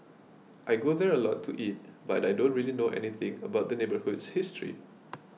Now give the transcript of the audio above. I go there a lot to eat but I don't really know anything about the neighbourhood's history